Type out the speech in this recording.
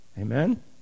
Amen